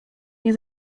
nie